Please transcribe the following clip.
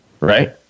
right